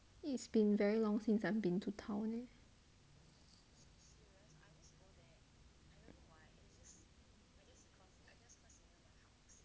it's been very long since I've been to town